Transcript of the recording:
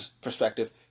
perspective